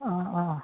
অঁ অঁ